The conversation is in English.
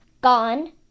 gone